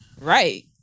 Right